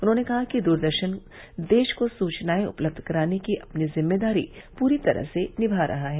उन्होंने कहा कि दूरदर्शन देश को सूचनाएं उपलब्ध कराने की अपनी जिम्मेदारी पूरी तरह से निमा रहा है